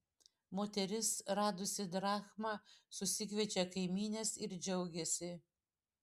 moteris radusi drachmą susikviečia kaimynes ir džiaugiasi